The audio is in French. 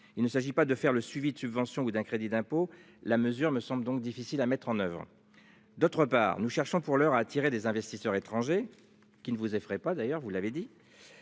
Il ne s'agit pas de faire le suivi de subventions ou d'un crédit d'impôt, la mesure ne semble donc difficile à mettre en oeuvre. D'autre part nous cherchons pour l'heure à attirer des investisseurs étrangers qui ne vous effraie pas, d'ailleurs vous l'avez dit.